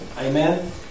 Amen